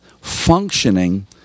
functioning